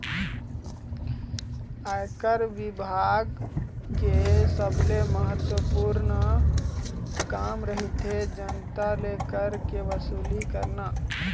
आयकर बिभाग के सबले महत्वपूर्न काम रहिथे जनता ले कर के वसूली करना